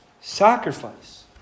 sacrifice